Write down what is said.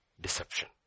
deception